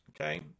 Okay